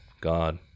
God